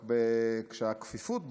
רק כשהכפיפות ברורה,